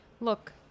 Look